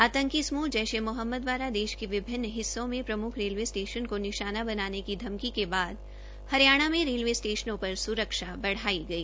आंतकी समूह जैस ए मोहम्मद द्वारा देश के विभिन्न हिस्सों में प्रमुख रेलवे स्टेशनों को निशाना बनाने की धमकी के बाद हरियाणा में रेलवे स्टेश्नों पर सुरक्षा बढ़ाई गई